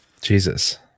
Jesus